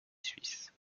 suisse